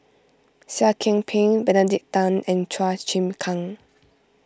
Seah Kian Peng Benedict Tan and Chua Chim Kang